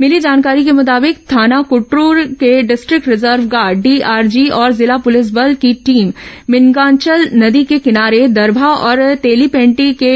मिली जानकारी के मुताबिक थाना कुटरू से डिस्ट्रिक्ट रिजर्व गार्ड डीआरजी और जिला पुलिस बल की टीम भिनगाचल नदी के किनारे दरभा और तेलीपेंट की